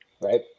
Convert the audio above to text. Right